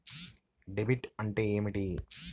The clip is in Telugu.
డెబిట్ అంటే ఏమిటి?